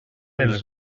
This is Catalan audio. els